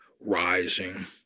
rising